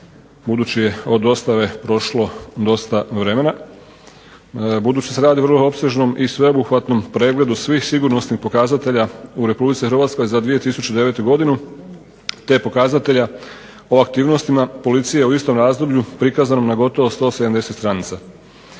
budući je od dostave prošlo dosta vremena. Budući da se radi o vrlo opsežnom i sveobuhvatnom pregledu svih sigurnosnih pokazatelja u RH za 2009. godinu te pokazatelja o aktivnostima policije u istom razdoblju prikazano na gotovo 170 stranica.